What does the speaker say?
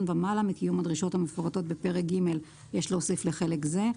ומעלה מקיום הדרישות המפורטות בפרק ג' לחלק זה,